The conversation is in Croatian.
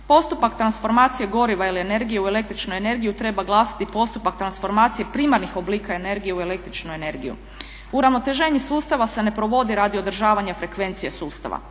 Postupak transformacije goriva ili energije u električnoj energiji treba glasiti postupak transformacije primarnih oblika energije u električnu energiju. Uravnoteženje sustava se ne provodi radi održavanja frekvencije sustava.